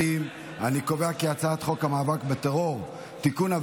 את הצעת חוק המאבק בטרור (תיקון,